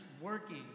working